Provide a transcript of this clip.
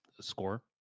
score